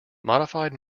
modified